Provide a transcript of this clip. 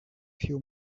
few